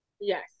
Yes